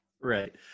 Right